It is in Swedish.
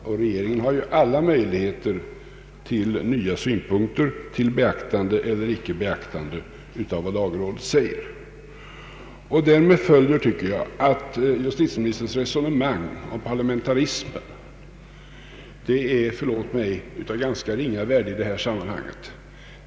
Och regeringen har ju alla möjligheter till nya synpunkter, till beaktande eller icke beaktande av vad lagrådet säger. Därmed följer, tycker jag, att justitieministerns resonemang om parlamentarismen är — förlåt mig — av ganska ringa värde i detta sammanhang.